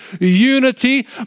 unity